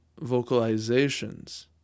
vocalizations